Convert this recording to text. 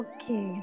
Okay